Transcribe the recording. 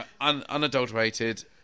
Unadulterated